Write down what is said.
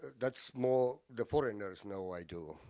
that's more, the foreigners now i do.